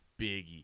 Biggie